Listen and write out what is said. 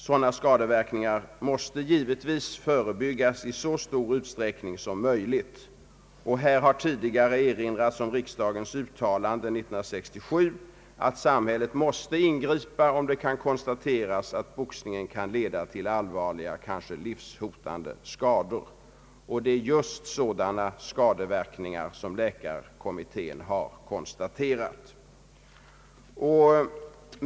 Sådana skadeverkningar måste givetvis förebyggas i så stor utsträckning som möjligt. Här har tidigare erinrats om riksdagens uttalande 1967, att samhället måste ingripa om det kan konstateras att boxningen kan leda till allvarliga, kanske livshotande skador. Det är just sådana skadeverkningar som läkarkommittén har konstaterat.